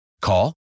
Call